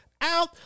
out